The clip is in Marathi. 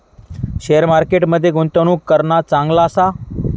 शेअर मार्केट मध्ये गुंतवणूक करणा चांगला आसा